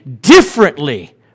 differently